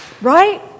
right